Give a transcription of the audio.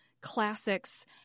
classics